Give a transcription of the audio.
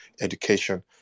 education